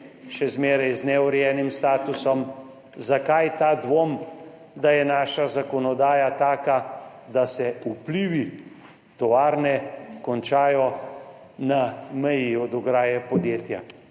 še zmeraj z neurejenim statusom? Zakaj ta dvom, da je naša zakonodaja taka, da se vplivi tovarne končajo na meji od ograje podjetja?